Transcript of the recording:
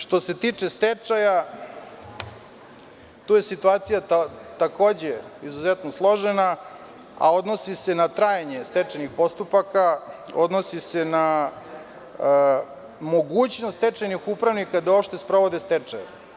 Što se tiče stečaja, tu je situacija takođe izuzetno složena, a odnosi se na trajanje stečajnih postupaka, odnosi se na mogućnost stečajnih upravnika da uopšte sprovode stečaj.